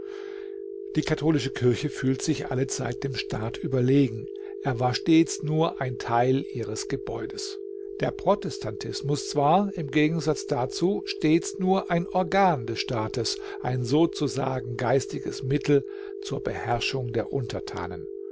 die katholische kirche fühlte sich allezeit dem staat überlegen er war stets nur ein teil ihres gebäudes der protestantismus war im gegensatz dazu stets nur ein organ des staates ein sozusagen geistiges mittel zur beherrschung der untertanen